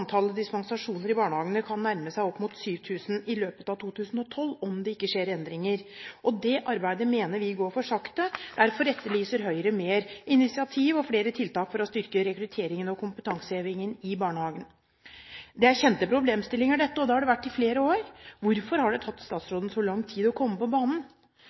antallet dispensasjoner i barnehagene kan nærme seg 7 000 i løpet av 2012 – om det ikke skjer endringer. Det arbeidet mener vi går for sakte. Derfor etterlyser Høyre mer initiativ og flere tiltak for å styrke rekrutteringen og kompetansehevingen i barnehagene. Dette er kjente problemstillinger, og det har det vært i flere år. Hvorfor har det tatt statsråden så lang tid å komme på banen?